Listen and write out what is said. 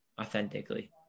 authentically